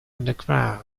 underground